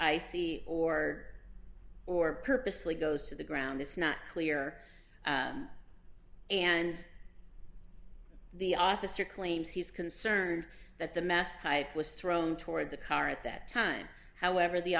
icy or or purposely goes to the ground it's not clear and the officer claims he's concerned that the math type was thrown toward the car at that time however the